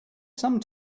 some